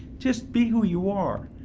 just be who you are.